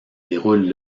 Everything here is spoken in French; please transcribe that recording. déroule